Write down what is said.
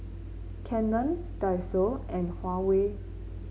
Canon Daiso and Huawei